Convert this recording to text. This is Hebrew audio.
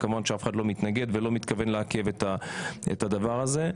וכמובן שאף אחד לא מתנגד ולא מתכוון לעכב את הדבר הזה.